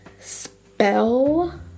spell